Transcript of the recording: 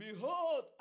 behold